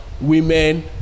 women